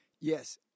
Yes